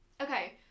okay